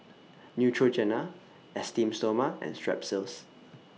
Neutrogena Esteem Stoma and Strepsils